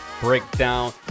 Breakdown